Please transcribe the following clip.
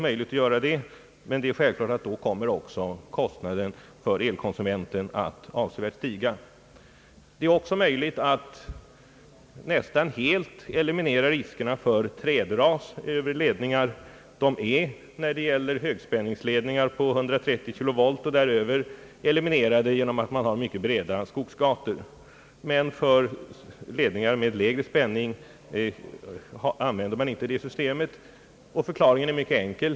Men då kommer självfallet också kostnaden för elkonsumenten att stiga avsevärt. Det är vidare möjligt att nästan helt eliminera riskerna för trädras över ledningar. När det gäller högspänningsledningar på 130 kilovolt och däröver är riskerna för trädras eliminerade genom att man har mycket breda skogsgator. Men för ledningar med lägre spänning använder man inte det systemet. Förklaringen är mycket enkel.